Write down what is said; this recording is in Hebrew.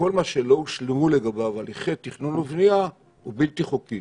שכל מה שלא הושלמו לגביו הליכי תכנון ובנייה הוא בלתי חוקי.